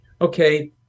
okay